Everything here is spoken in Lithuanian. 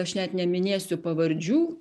aš net neminėsiu pavardžių